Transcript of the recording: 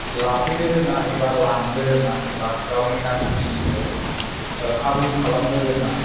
लाफैनो रोङा एबा लांनो रोङा एबा गावनि नांगौ खिनिखौ आबुं खालामनो रोङा